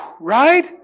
right